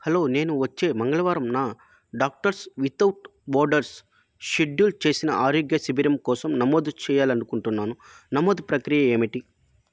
hello నేను వచ్చే మంగళవారంన డాక్టర్స్ వితవుట్ బోర్డర్స్ షెడ్యూల్ చేసిన ఆరోగ్య శిబిరం కోసం నమోదు చెయ్యాలనుకుంటున్నాను నమోదు ప్రక్రియ ఏమిటి